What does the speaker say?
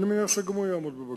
אני מניח שגם הוא יעמוד בבג"ץ.